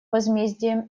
возмездием